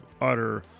utter